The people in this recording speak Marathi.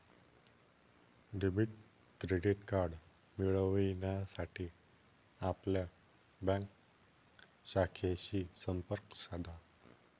डेबिट क्रेडिट कार्ड मिळविण्यासाठी आपल्या बँक शाखेशी संपर्क साधा